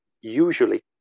Usually